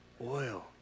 Oil